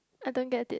I don't get it